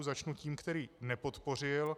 Začnu tím, který nepodpořil.